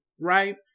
right